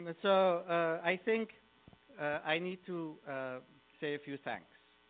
but so i think i need to say a few thanks.